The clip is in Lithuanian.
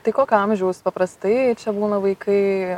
tai kokio amžiaus paprastai čia būna vaikai